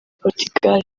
portugal